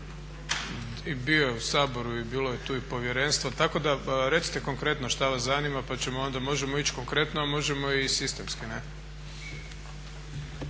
bio je i u Saboru i bilo je tu i povjerenstvo. Tako da, recite konkretno šta vas zanima, pa ćemo onda, možemo ići konkretno, a možemo i sistemski.